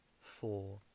four